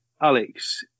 alex